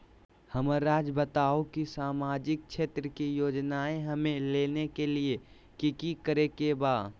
हमराज़ बताओ कि सामाजिक क्षेत्र की योजनाएं हमें लेने के लिए कि कि करे के बा?